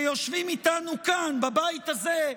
שיושבים איתנו כאן בבית הזה,